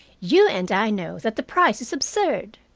you and i know that the price is absurd.